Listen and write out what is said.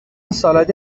سالاد